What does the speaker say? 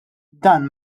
dan